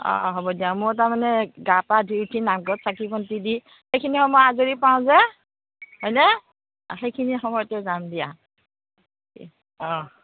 অঁ হ'ব দিয়া মই তাৰমানে গা পা ধুই উঠি সেইখিনি সময়েই আজৰি পাওঁ যে হয়নে সেইখিনি যাম দিয়া অঁ